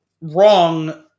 wrong